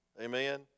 Amen